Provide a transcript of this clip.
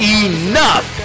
enough